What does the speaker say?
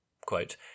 quote